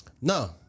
no